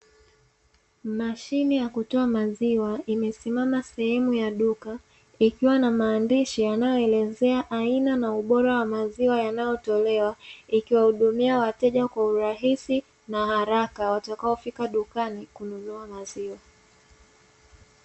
Mashine ya kutoa maziwa imesimama sehemu ya duka ikiwa na maandishi yanayoelezea aina na ubora wa maziwa yanayotolewa, ikiwahudumia wateja kwa urahisi na haraka watakaofika dukani kununua maziwa.